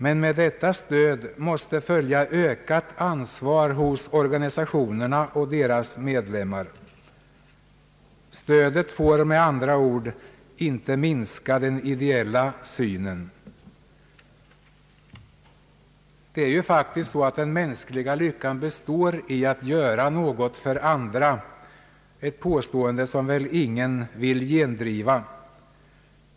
Men med detta stöd måste följa ökat ansvar hos organisationerna och deras medlemmar. Stö det får, med andra ord, inte minska den ideella synen. Det är ju faktiskt så att den mänskliga lyckan består i att göra något för andra — ett påstående som väl ingen vill gendriva.